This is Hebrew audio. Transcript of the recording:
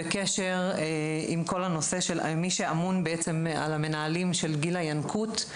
נמצאים בקשר עם מי שאמון בעצם על המנהלים של גיל הינקות.